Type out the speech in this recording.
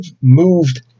moved